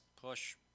Push